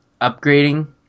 upgrading